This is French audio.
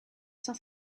saint